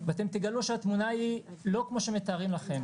ואתם תגלו שהתמונה היא לא כמו שמתארים לכם.